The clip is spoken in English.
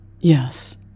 Yes